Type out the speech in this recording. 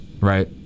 right